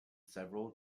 several